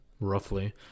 Roughly